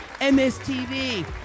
mstv